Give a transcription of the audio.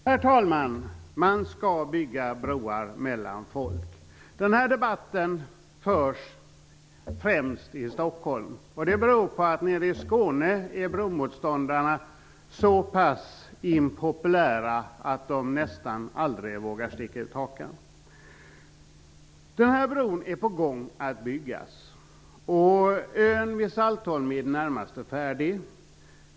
Herr talman! Man skall bygga broar mellan folk. Den här debatten förs främst i Stockholm. Det beror på att bromotståndarna nere i Skåne är så pass impopulära att de nästan aldrig vågar sticka ut hakan. Den här bron är på gång att byggas. Ön vid Saltholm är i det närmaste färdig.